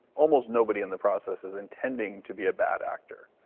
almost nobody in the process is intending to be a bad actor.